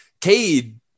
Cade